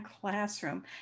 classroom